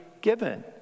given